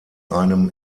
einem